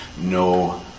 no